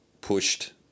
pushed